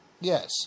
Yes